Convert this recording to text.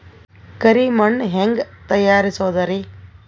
ಕರಿ ಮಣ್ ಹೆಂಗ್ ತಯಾರಸೋದರಿ?